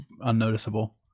unnoticeable